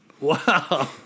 Wow